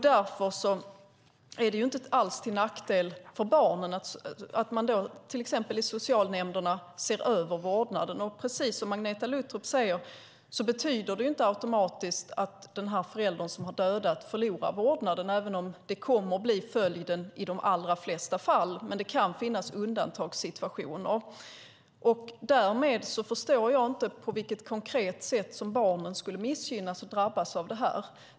Därför är det inte alls till nackdel för barnen att man till exempel i socialnämnderna ser över vårdnaden. Precis som Agneta Luttropp säger betyder det inte automatiskt att den förälder som har dödat förlorar vårdnaden, även om det kommer att bli följden i de allra flesta fall. Men det kan finnas undantagssituationer. Därmed förstår jag inte på vilket konkret sätt barnen skulle missgynnas och drabbas av detta.